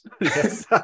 yes